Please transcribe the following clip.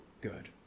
good